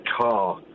car